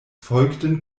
folgten